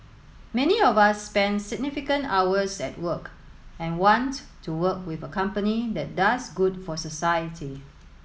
many of us spend significant hours at work and want to work with a company that does good for society